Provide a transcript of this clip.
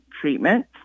treatment